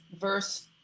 verse